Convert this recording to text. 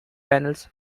panels